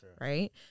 right